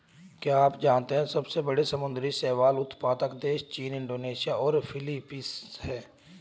क्या आप जानते है सबसे बड़े समुद्री शैवाल उत्पादक देश चीन, इंडोनेशिया और फिलीपींस हैं?